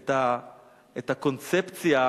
את הקונספציה